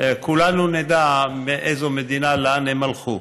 כולנו נדע באיזו מדינה, לאן הם הלכו,